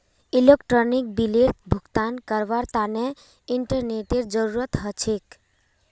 electronic बिलेर भुगतान करवार तने इंटरनेतेर जरूरत ह छेक